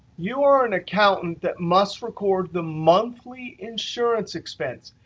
you are an accountant that must record the monthly insurance expense.